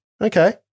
Okay